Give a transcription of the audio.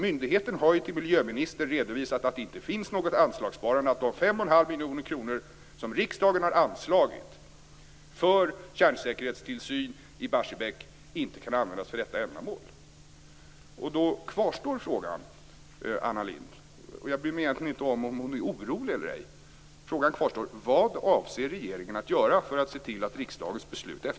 Myndigheten har ju till miljöministern redovisat att det inte finns något anslagssparande, att de 5,5 miljoner kronor som riksdagen har anslagit för kärnsäkerhetstillsyn i Barsebäck inte kan användas för detta ändamål. Då kvarstår frågan till Anna Lindh, och jag bryr mig egentligen inte om huruvida hon är orolig eller ej: